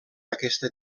aquesta